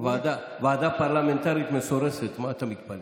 ועדה פרלמנטרית מסורסת, מה אתה מתפלא.